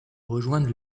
rejoindre